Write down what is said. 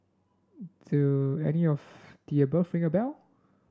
do any of the above ring a bell